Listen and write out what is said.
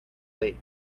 lake